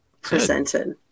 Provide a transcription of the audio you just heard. presented